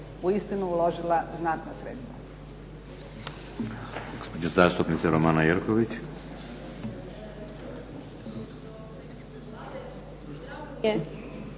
uistinu uložila znatna sredstva.